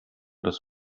das